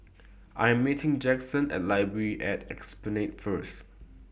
I Am meeting Jackson At Library At Esplanade First